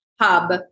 Hub